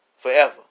forever